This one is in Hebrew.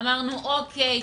אמרנו אוקיי,